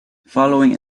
following